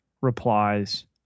replies